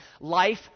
life